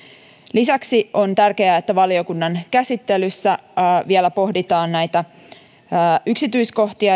lisäksi on tärkeää että valiokunnan käsittelyssä vielä pohditaan näitä yksityiskohtia